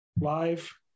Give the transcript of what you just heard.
live